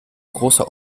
großer